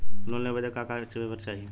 Loan लेवे बदे का का पेपर चाही?